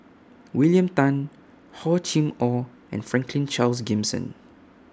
William Tan Hor Chim Or and Franklin Charles Gimson